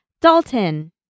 Dalton